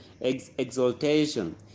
exaltation